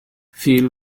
phil